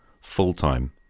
full-time